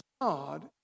God